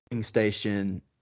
station